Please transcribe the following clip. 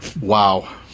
Wow